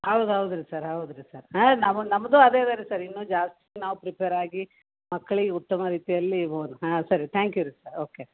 ಹೌದ್ ಹೌದ್ ರೀ ಸರ್ ಹೌದು ರೀ ಸರ್ ಹಾಂ ನಮ್ದು ನಮ್ಮದೂ ಅದೇ ಅದಾ ರೀ ಸರ್ ಇನ್ನೂ ಜಾಸ್ತಿ ನಾವು ಪ್ರಿಪೇರ್ ಆಗಿ ಮಕ್ಳಿಗೆ ಉತ್ತಮ ರೀತಿಯಲ್ಲಿ ಬೋದ್ ಹಾಂ ಸರಿ ತ್ಯಾಂಕ್ ಯು ರೀ ಸರ್ ಓಕೆ